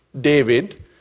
David